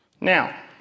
Now